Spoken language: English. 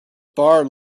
barred